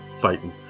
fighting